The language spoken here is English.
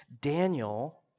Daniel